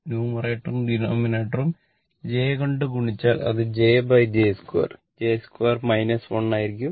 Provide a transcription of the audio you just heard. ന്യൂമറേറ്ററും ഡിനോമിനേറ്ററും j കൊണ്ട് ഗുണിച്ചാൽ അത് jj 2 j 2 1 ആയിരിക്കും